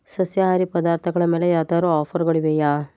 ಸಸ್ಯಾಹಾರಿ ಪದಾರ್ಥಗಳ ಮೇಲೆ ಯಾವ್ದಾದ್ರೂ ಆಫರ್ಗಳಿವೆಯಾ